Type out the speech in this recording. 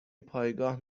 پایگاه